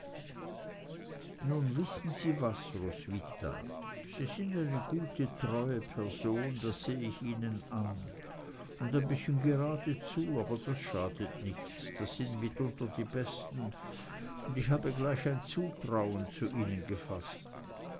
nun wissen sie was roswitha sie sind eine gute treue person das seh ich ihnen an ein bißchen gradezu aber das schadet nichts das sind mitunter die besten und ich habe gleich ein zutrauen zu ihnen gefaßt